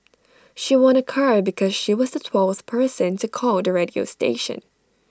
she won A car because she was the twelfth person to call the radio station